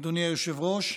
אדוני היושב-ראש,